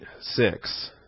six